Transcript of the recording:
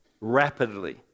rapidly